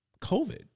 COVID